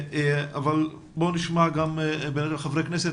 אבל בואו נשמע גם את חברי הכנסת.